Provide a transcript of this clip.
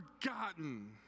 forgotten